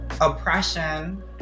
oppression